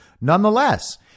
Nonetheless